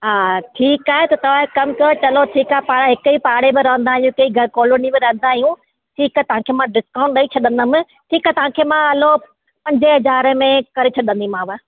हा ठीकु आहे तव्हां हिकु कम कयो चलो ठीकु आहे पाण हिकु ई पाड़े में रहंदा आहियूं हिकु ई घ कॉलौनी में रहंदा आहियूं ठीकु आहे तव्हांखे मां डिस्काउंट ॾेई छॾंदमि ठीकु आहे तव्हांखे मां हलो पंजे हज़ारे में करे छॾंदीमाव